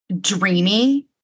dreamy